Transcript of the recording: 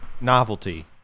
novelty